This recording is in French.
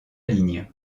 ligne